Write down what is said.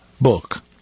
book